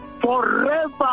forever